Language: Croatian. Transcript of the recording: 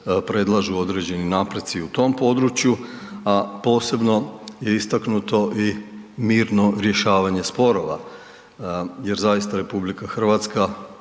predlažu određeni napreci u tom području, a posebno je istaknuto i mirno rješavanje sporova jer zaista RH nema razloga